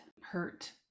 hurt